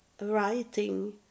writing